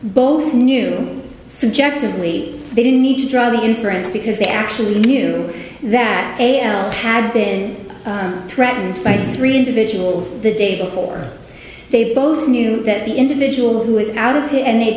both knew subjectively they didn't need to draw the inference because they actually knew that a l had been threatened by three individuals the day before they both knew that the individual who was out of it and they